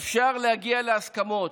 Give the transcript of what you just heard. אפשר להגיע להסכמות.